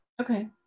Okay